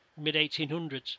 mid-1800s